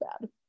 bad